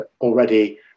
already